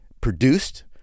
produced